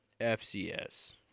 FCS